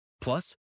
Plus